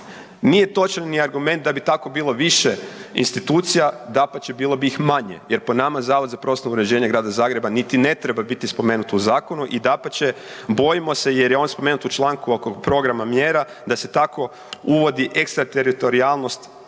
Nije točan ni argument da bi tako bilo više institucija, dapače bilo bi ih manje jer po nama Zavod za prostorno uređenje Grada Zagreba niti ne treba biti spomenuto u zakonu i dapače bojimo se jer je on spomenut u članku oko programa mjera da se tako uvodi ekstrateritorijalnost